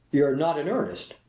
you're not in earnest!